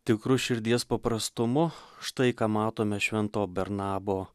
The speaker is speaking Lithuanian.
tikru širdies paprastumu štai ką matome švento barnabo